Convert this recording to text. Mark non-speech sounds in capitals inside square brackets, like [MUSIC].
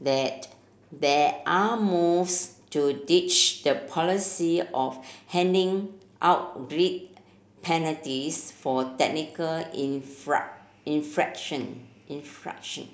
that there are moves to ditch the policy of handing out grid penalties for technical [UNINTELLIGIBLE] infraction infraction